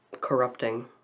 corrupting